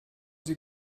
sie